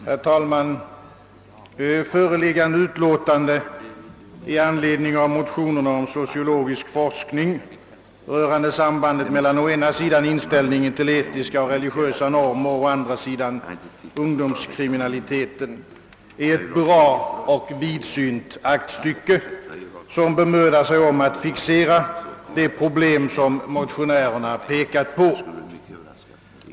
Herr talman! Förevarande utskottsutlåtande i anledning av motionerna om sociologisk forskning rörande sambandet mellan å ena sidan inställningen till etiska och religiösa normer och å and normer samt ungdomskriminalitet ra sidan ungdomskriminaliteten är ett bra och vidsynt aktstycke, som bemödar sig om att fixera de problem motionärerna aktualiserat.